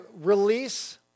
release